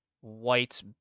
White